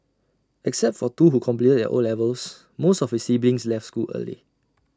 except for two who completed their O levels most of his siblings left school early